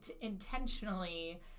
intentionally